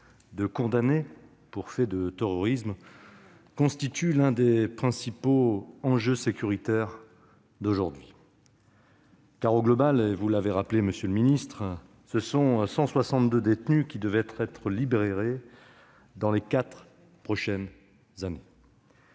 de condamnés pour des faits de terrorisme constitue l'un des principaux enjeux sécuritaires d'aujourd'hui. En effet, comme vous l'avez rappelé, monsieur le ministre, ce ne sont pas moins de 162 détenus qui devraient être libérés dans les quatre prochaines années,